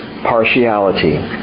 partiality